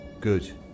Good